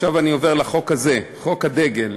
עכשיו אני עובר לחוק הזה, חוק הדגל.